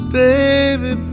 baby